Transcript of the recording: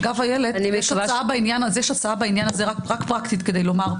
אגב, איילת, רק פרקטית כדי לומר,